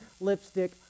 lipstick